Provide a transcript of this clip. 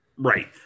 Right